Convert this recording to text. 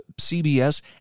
CBS